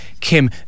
Kim